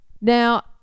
Now